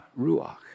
ruach